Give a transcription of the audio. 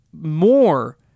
more